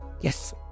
Yes